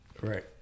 Right